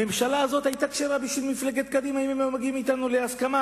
הממשלה הזאת היתה כשרה בשביל מפלגת קדימה אם הם היו מגיעים אתנו להסכמה.